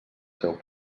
seu